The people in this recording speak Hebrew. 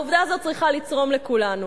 העובדה הזאת צריכה לצרום לכולנו.